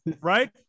right